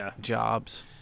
jobs